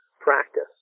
practice